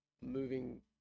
Moving